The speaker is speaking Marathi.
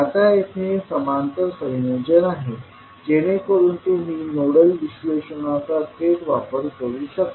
आता येथे हे समांतर संयोजन आहे जेणेकरुन तुम्ही नोडल विश्लेषणाचा थेट वापर करू शकाल